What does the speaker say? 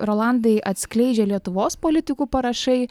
rolandai atskleidžia lietuvos politikų parašai